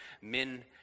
men